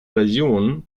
version